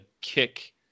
kick